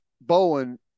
Bowen